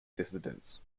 dissidents